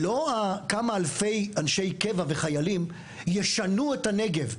כמה אלפי אנשי קבע וחיילים לא ישנו את הנגב,